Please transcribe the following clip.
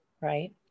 right